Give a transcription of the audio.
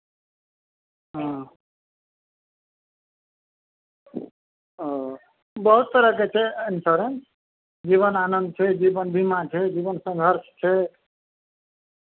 हँ ओ बहुत तरहके छै इन्स्योरेन्स जीवन आनन्द छै जीवन बीमा छै जीवन सङ्घर्ष छै